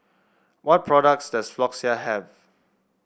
what products does Floxia have